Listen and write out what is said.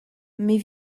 mais